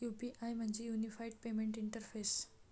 UPI म्हणजे unified payment interface